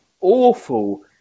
awful